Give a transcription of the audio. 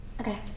Okay